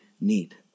need